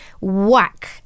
whack